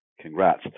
Congrats